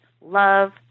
love